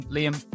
Liam